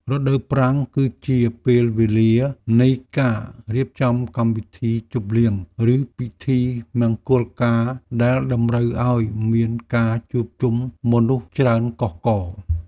រដូវប្រាំង គឺជាពេលវេលានៃការរៀបចំកម្មវិធីជប់លៀង ឬពិធីមង្គលការដែលតម្រូវឱ្យមានការជួបជុំមនុស្សច្រើនកុះករ។